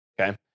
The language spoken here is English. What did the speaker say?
Okay